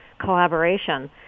collaboration